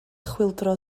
chwyldro